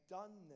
done